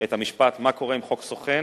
את המשפט: מה קורה עם חוק סוכן,